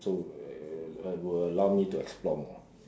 so uh will allow me to explore more